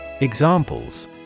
Examples